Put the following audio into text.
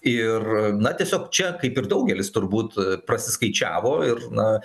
ir na tiesiog čia kaip ir daugelis turbūt prasiskaičiavo ir na